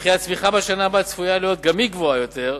וכי הצמיחה בשנה הבאה צפויה להיות גם היא גבוהה יותר,